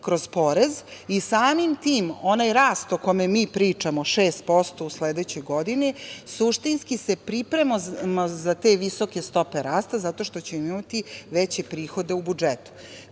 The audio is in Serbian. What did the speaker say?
kroz porez i samim tim onaj rast o kome mi pričamo, 6% u sledećoj godini, suštinski se pripremamo za te visoke stope rasta, zato što ćemo imati veće prihode u budžetu. Prema